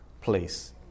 place